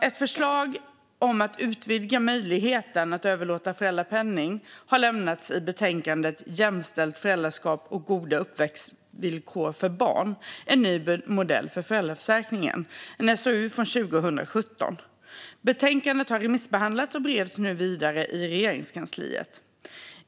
Ett förslag om att utvidga möjligheterna att överlåta föräldrapenning har lämnats i betänkandet Jämställt föräldraskap och goda uppväxtvillkor för barn - en ny modell för föräldraförsäkringen , en SOU från 2017. Betänkandet har remissbehandlats och bereds nu vidare i Regeringskansliet.